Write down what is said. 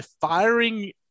firing